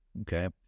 okay